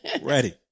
Ready